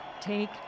Take